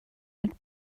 mit